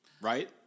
Right